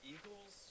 Eagles